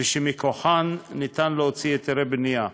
ומכוחן אפשר להוציא היתרי בנייה.